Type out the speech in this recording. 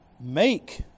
make